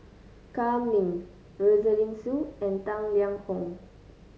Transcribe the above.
Kam Ning Rosaline Soon and Tang Liang Hong